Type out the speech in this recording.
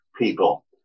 people